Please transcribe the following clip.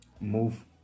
move